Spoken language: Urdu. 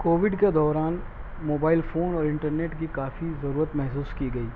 کووڈ کے دوران موبائل فون اور انٹرنیٹ کی کافی ضرورت محسوس کی گئی